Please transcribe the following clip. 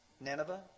Nineveh